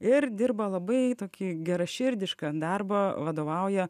ir dirba labai tokį geraširdišką darbą vadovauja